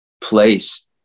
place